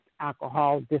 alcohol